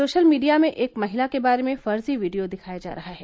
social media में एक महिला के बारे में फर्जी वीडियो दिखाया जा रहा है